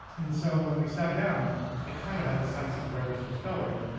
and so when we sat down i kind of had a sense of where this was going.